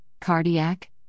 cardiac